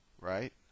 right